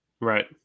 Right